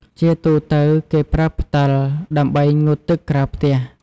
ជាទូទៅគេប្រើផ្តិល ដើម្បីងូតទឹកក្រៅផ្ទះ។